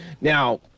Now